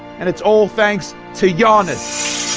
and it's all thanks to yeah ah giannis.